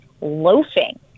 loafing